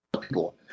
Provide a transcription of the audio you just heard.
people